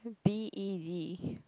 b_e_d